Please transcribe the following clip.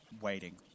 waiting